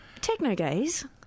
Technogaze